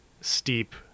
steep